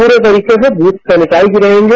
प्ररे तरीके से ब्रथ सेनिटाइज रहेंगे